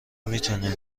میتونین